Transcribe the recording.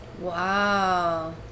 Wow